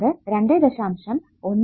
1 kilo Ω ആണ്